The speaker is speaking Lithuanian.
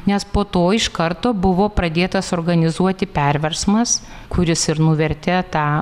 nes po to iš karto buvo pradėtas organizuoti perversmas kuris ir nuvertė tą